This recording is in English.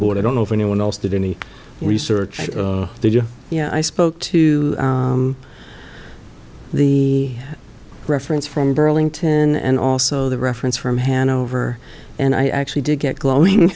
board i don't know if anyone else did any research did you yeah i spoke to the reference from burlington and also the reference from hanover and i actually did get glowing